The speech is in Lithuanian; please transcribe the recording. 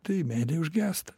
tai meilė užgęsta